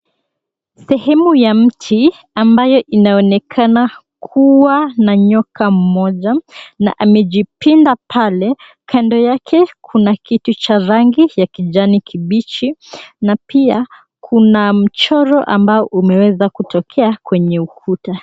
Sehemu ya mti ambayo inaonekana kuwa na nyoka mmoja na amejipinda pale. Kando yake kuna kitu cha rangi ya kijani kibichi na pia kuna mchoro ambao umeweza kutokea kwenye ukuta.